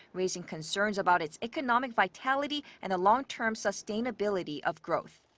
raising concerns about its economic vitatility and the long-term sustainability of growth.